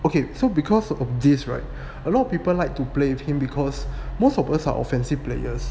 okay so because of this right a lot of people like to play off him because most of us are offensive players